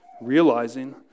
Realizing